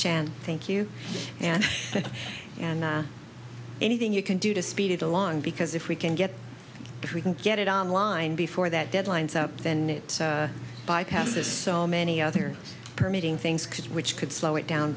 jan thank you and that and anything you can do to speed it along because if we can get it we can get it on line before that deadlines up then it bypasses so many other permitting things could which could slow it down